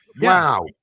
wow